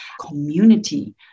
community